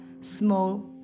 small